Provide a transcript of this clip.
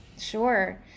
Sure